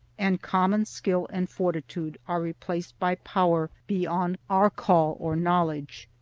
and common skill and fortitude are replaced by power beyond our call or knowledge.